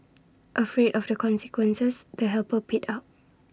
afraid of the consequences the helper paid up